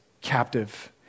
captive